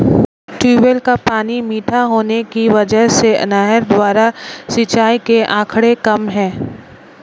tubewell का पानी मीठा होने की वजह से नहर द्वारा सिंचाई के आंकड़े कम है